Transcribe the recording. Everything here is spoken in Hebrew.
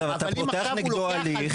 אז אתה פותח נגדו הליך --- אז אם עכשיו הוא